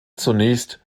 zunächst